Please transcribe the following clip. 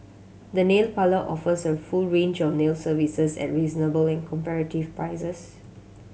the nail parlour offers a full range of nail services at reasonable and comparative prices